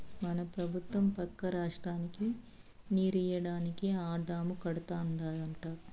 మన పెబుత్వం పక్క రాష్ట్రానికి నీరియ్యడానికే ఆ డాము కడతానంటాంది